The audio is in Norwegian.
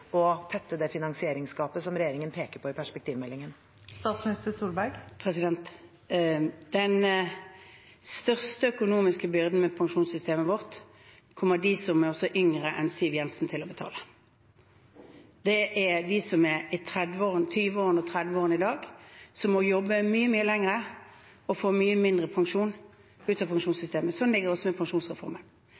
tette det finansieringsgapet som regjeringen peker på i perspektivmeldingen? Den største økonomiske byrden med pensjonssystemet vårt, kommer de som er yngre enn Siv Jensen til å betale. Det er de som er i 20-årene og 30-årene i dag, som må jobbe mye lenger og får mye mindre pensjon ut av pensjonssystemet, sånn det ligger i pensjonsreformen.